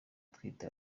atwite